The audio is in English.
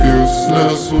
useless